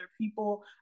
people